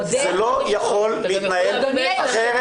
זה לא יכול להתנהל כך.